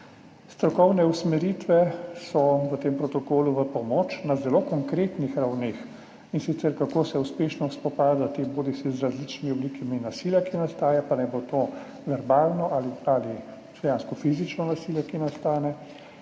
Strokovne usmeritve v tem protokolu so v pomoč na zelo konkretnih ravneh, in sicer kako se uspešno spopadati z različnimi oblikami nasilja, ki nastaja, naj bo to verbalno ali dejansko fizično nasilje. Navodila